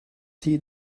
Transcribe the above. till